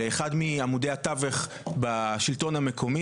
לאחד מעמודי התווך בשלטון המקומי,